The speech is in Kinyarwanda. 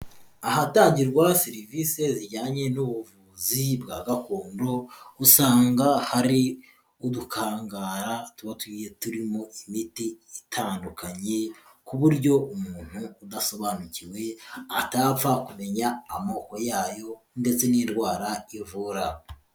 Ahatangirwa serivisis zijyanye n'ubuvuzi bwa gakondo, usanga hari udukangara tuba tugiye turimo imiti itandukanye, ku buryo umuntu udasobanukiwe atapfa kumenya amoko yayo ndetse n'indwara ivura.